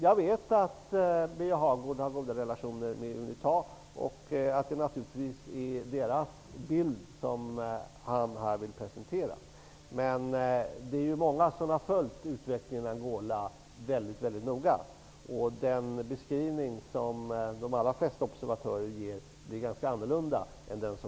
Jag vet att Birger Hagård har goda relationer med Unita och att det naturligtvis är deras bild som han vill presentera här. Många människor har följt utvecklingen i Angola väldigt noga. Den beskrivning som de allra flesta observatörer ger blir ganska olik den som